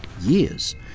Years